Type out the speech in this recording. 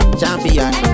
champion